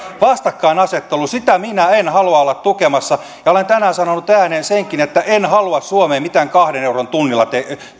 vastakkainasettelu sitä minä en halua olla tukemassa ja olen tänään sanonut ääneen senkin että en halua suomeen mitään kaksi euroa tunnissa